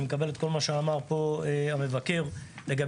אני מקבל את כל מה שאמר פה המבקר לגבי